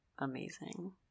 amazing